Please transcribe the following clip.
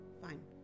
Fine